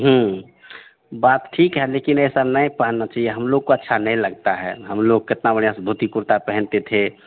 बात ठीक है लेकिन ऐसा नहीं पहनना चाहिए हम लोग को अच्छा नहीं लगता है हम लोग कितना बढ़िया से धोती कुर्ता पहनते थे